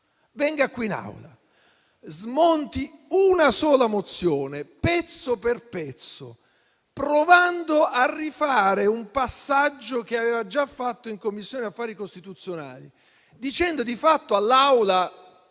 venga qui in Aula, smonti una sola mozione, pezzo per pezzo, provando a rifare un passaggio che era già avvenuto in Commissione affari costituzionali, dicendo di fatto all'Assemblea